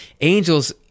angels